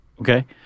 Okay